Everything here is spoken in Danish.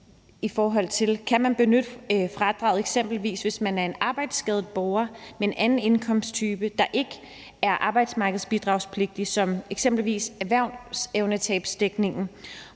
de borgere. Kan man f.eks. benytte fradraget, hvis man er en arbejdsskadet borger med en anden indkomsttype, der ikke er arbejdsmarkedsbidragspligtig som eksempelvis erhvervsevnetabsdækningen,